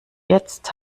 jetzt